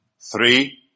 three